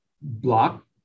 block